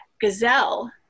gazelle